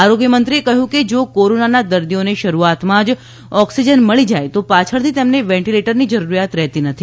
આરોગ્ય મંત્રીએ કહ્યું કે જો કોરોનાના દર્દીઓને શરૂઆતમાં જ એકસીજન મળી જાય તો પાછળથી તેમને વેન્ટીલેટરની જરૂરીયાત રહેતી નથી